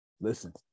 Listen